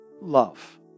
love